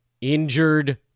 injured